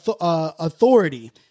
authority